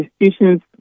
institutions